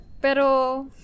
Pero